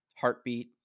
Heartbeat